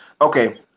Okay